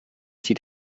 sie